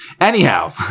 Anyhow